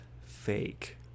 fake